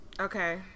Okay